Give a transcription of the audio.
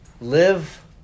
live